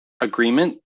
agreement